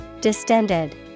Distended